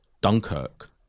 Dunkirk